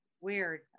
Weird